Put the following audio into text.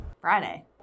Friday